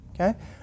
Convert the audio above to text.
okay